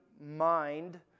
mind